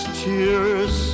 tears